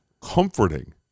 comforting